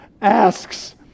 asks